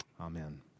Amen